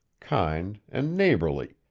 kind, and neighborly,